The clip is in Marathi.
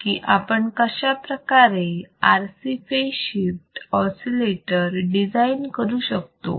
की आपण कशाप्रकारे RC phase shift oscillator design करू शकतो